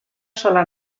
sola